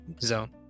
zone